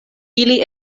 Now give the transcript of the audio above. ili